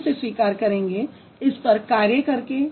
आप इसे स्वीकार करेंगे इस पर कार्य करके